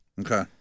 Okay